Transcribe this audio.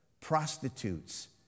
prostitutes